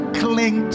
cling